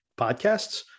podcasts